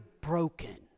broken